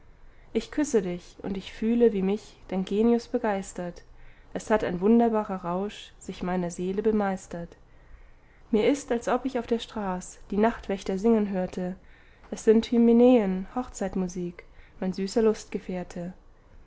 ich küsse dich und ich fühle wie mich dein genius begeistert es hat ein wunderbarer rausch sich meiner seele bemeistert mir ist als ob ich auf der straß die nachtwächter singen hörte es sind hymenäen hochzeitmusik mein süßer